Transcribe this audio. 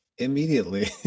Immediately